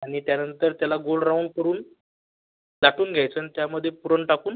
आनि त्यानंतर त्याला गोल राऊंड करून लाटून घ्यायचं अन् त्यामधे पुरन टाकून